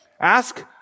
Ask